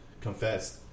confessed